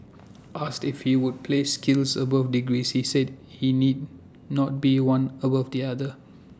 asked if he would place skills above degrees he said IT need not be one above the other